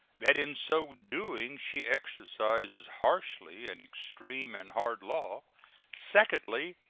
that in so doing she exercises harshly an extreme and hard law secondly,